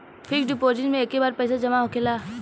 fix deposit मे एके बार पैसा जामा होखेला